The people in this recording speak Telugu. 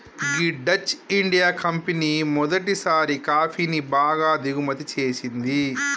గీ డచ్ ఇండియా కంపెనీ మొదటిసారి కాఫీని బాగా దిగుమతి చేసింది